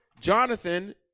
Jonathan